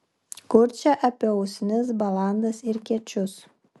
kur čia apie usnis balandas ir kiečius